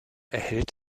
erhält